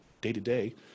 day-to-day